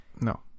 No